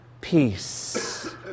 peace